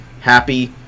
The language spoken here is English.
happy